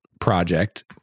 project